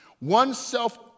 oneself